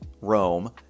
Rome